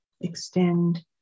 extend